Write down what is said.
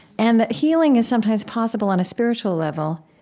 and that healing is sometimes possible on a spiritual level,